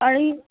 आणि